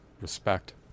respect